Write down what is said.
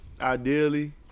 ideally